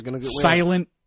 silent